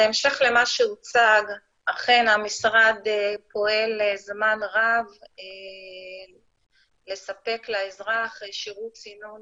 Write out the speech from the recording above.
בהמשך למה שהוצג אכן המשרד פועל זמן רב לספק לאזרח שירות סינון